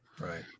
Right